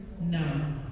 No